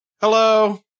Hello